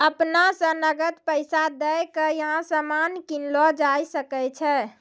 अपना स नकद पैसा दै क यहां सामान कीनलो जा सकय छै